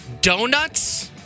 Donuts